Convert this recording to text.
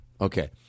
Okay